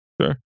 Sure